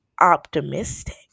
optimistic